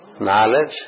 knowledge